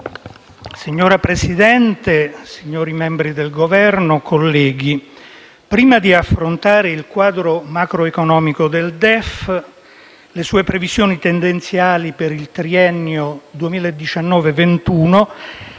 Signor Presidente, signori membri del Governo, colleghi, prima di affrontare il quadro macroeconomico del DEF, le sue previsioni tendenziali per il triennio 2019-21,